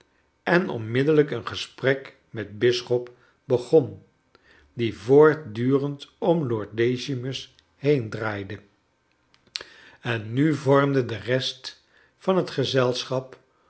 en onmiddellijk een gesprek met bisschop begon die voortdurend om lord decimus heendraaide en nu vormde de rest van het gezelschap